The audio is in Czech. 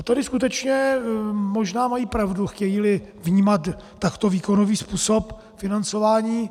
A tady skutečně možná mají pravdu, chtějíli vnímat takto výkonový způsob financování.